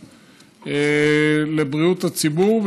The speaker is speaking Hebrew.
ומאוד חשוב לבריאות הציבור,